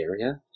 area